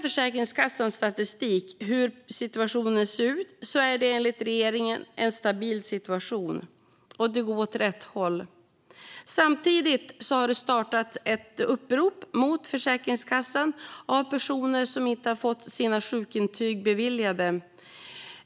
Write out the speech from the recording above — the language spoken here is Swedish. Försäkringskassans statistik över hur situationen ser ut visar enligt regeringen en stabil situation och att det går åt rätt håll. Samtidigt har det startats ett upprop mot Försäkringskassan av personer som inte har fått sina sjukintyg beviljade.